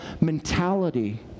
mentality